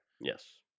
Yes